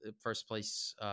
first-place